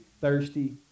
thirsty